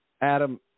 adam